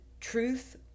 truth